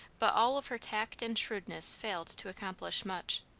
but all of her tact and shrewdness failed to accomplish much.